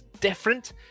different